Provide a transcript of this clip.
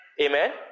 Amen